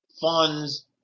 funds